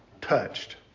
touched